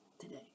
today